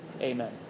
Amen